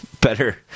better